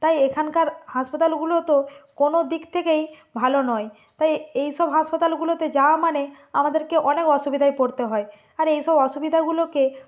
তাই এখানকার হাসপাতালগুলো তো কোনো দিক থেকেই ভালো নয় তাই এই সব হাসপাতালগুলোতে যাওয়া মানে আমাদেরকে অনেক অসুবিধায় পড়তে হয় আর এই সব অসুবিধাগুলোকে